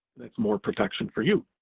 that's more protection for you.